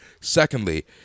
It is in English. secondly